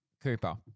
Cooper